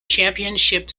championship